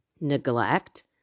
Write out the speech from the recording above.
Neglect